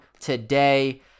today